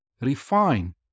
refine